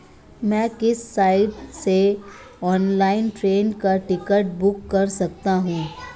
मैं किस साइट से ऑनलाइन ट्रेन का टिकट बुक कर सकता हूँ?